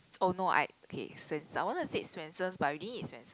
oh no I okay Swensen I wanted to say Swensen's but we didn't eat Swensen's